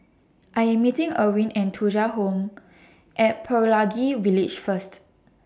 I Am meeting Erwin At Thuja Home At Pelangi Village First